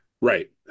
right